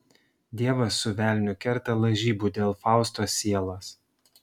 dievas su velniu kerta lažybų dėl fausto sielos